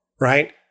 right